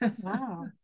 wow